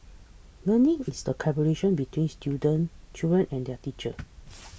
learning is a collaboration between student children and their teachers